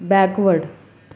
backward